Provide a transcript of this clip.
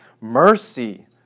mercy